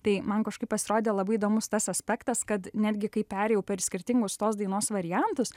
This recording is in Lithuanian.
tai man kažkaip pasirodė labai įdomus tas aspektas kad netgi kai perėjau per skirtingus tos dainos variantus